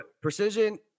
Precision